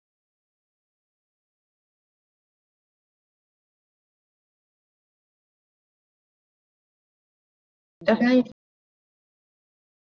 definitely